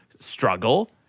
struggle